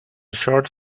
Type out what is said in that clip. short